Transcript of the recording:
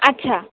আচ্ছা